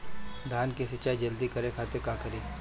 धान के सिंचाई जल्दी करे खातिर का करी?